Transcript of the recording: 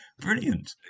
Brilliant